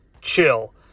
Chill